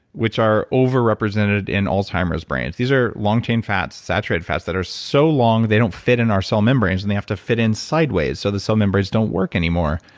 which are overrepresented in alzheimer's brands. these are long chain fats, saturated fats that are so long they don't fit in our cell membranes and they have to fit in sideways, so the cell membranes don't work anymore.